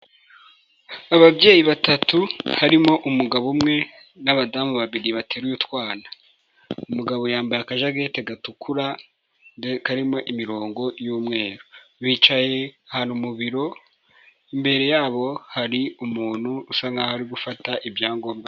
Ababyeyi batatu harimo umugabo umwe n'abadamu babiri bateruye utwana. Umugabo yambaye akajageti gatukura karimo imirongo y'umweru, bicaye ahantu mu biro imbere yabo hari umuntu usa nk'aho ari gufata ibyangombwa.